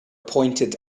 pointed